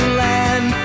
land